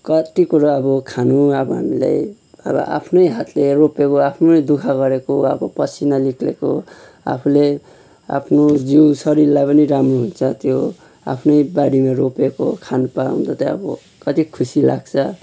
कत्ति कुरा अब खानु अब हामीले अब आफ्नै हातले रोपेको आफ्नै दुःख गरेको अब पसिना निक्लिएको आफूले आफ्नो जिउ शरीरलाई पनि राम्रो हुन्छ त्यो आफ्नै बारीमा रोपेको खानु पाउँदा चाहिँ अब कति खुसी लाग्छ